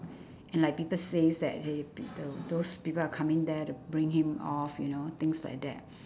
and like people says that they those people are coming there to bring him off you know things like that